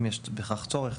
אם יש בכך צורך,